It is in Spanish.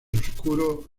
oscuro